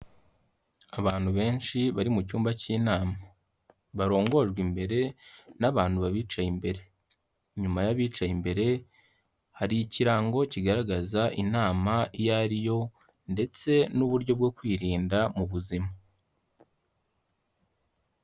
Abantu benshi bari mu cyumba cy'inama barongojwe imbere n'abantu babicaye imbere, inyuma y'abicaye imbere hari ikirango kigaragaza inama iyo ari yo ndetse n'uburyo bwo kwirinda mu buzima.